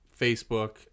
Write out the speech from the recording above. Facebook